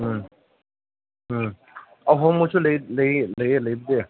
ꯎꯝ ꯎꯝ ꯑꯍꯣꯡꯕꯁꯨ ꯂꯩꯌꯦ ꯂꯩꯕꯗꯤ